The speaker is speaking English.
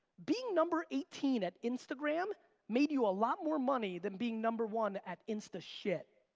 being number eighteen at instagram made you a lot more money than being number one at instashit.